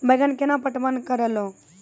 बैंगन केना पटवन करऽ लो?